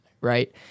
right